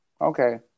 okay